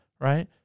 right